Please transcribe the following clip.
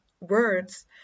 words